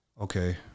Okay